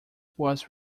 was